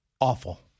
awful